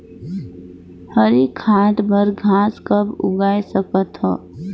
हरी खाद बर घास कब उगाय सकत हो?